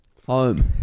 Home